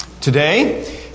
today